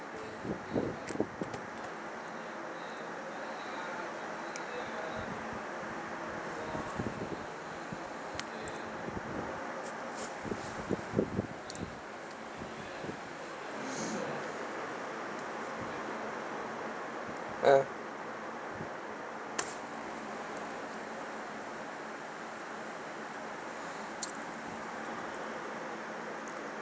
ah